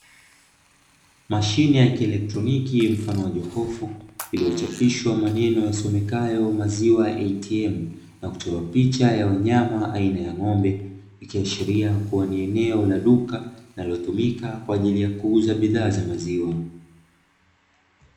Mashine ya kielektroniki mfano wa jokofu iliyochapishwa maneno yasomekayo "maziwa ATM", na kuchorwa picha aina ya wanyama ya ng;ombe ikiashiria kuwa ni eneo la duka linalotumika kwa ajili ya kuuza bidhaa za maziwa.